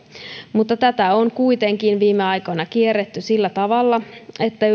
mutta tätä on kuitenkin viime aikoina kierretty sillä tavalla että